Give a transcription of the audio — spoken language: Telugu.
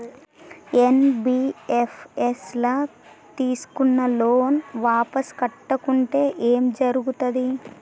ఎన్.బి.ఎఫ్.ఎస్ ల తీస్కున్న లోన్ వాపస్ కట్టకుంటే ఏం జర్గుతది?